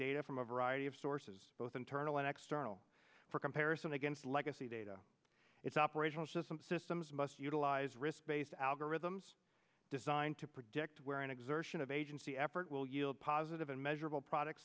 data from a variety of sources both internal and external for comparison against legacy data its operational system systems must utilize risk based algorithms designed to predict where an exertion of agency effort will yield positive and measurable product